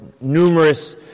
numerous